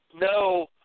no